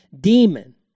demon